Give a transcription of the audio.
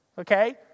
okay